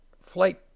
flight